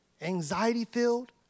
anxiety-filled